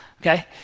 Okay